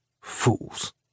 Fools